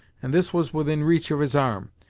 and this was within reach of his arm.